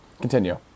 Continue